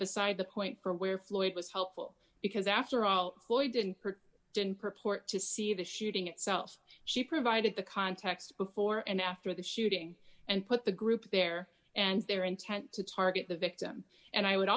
beside the point for where floyd was helpful because after all floyd didn't hurt didn't purport to see the shooting itself she provided the context before and after the shooting and put the group there and their intent to target the victim and i would